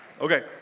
Okay